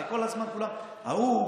שהרי כל הזמן כולם: ההוא,